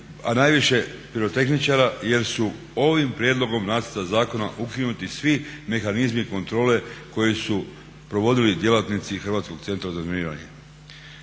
a najviše pirotehničara jer su ovim prijedlogom nacrta zakona ukinuti svi mehanizmi kontrole koji su provodili djelatnici Hrvatskog centra za razminiranje.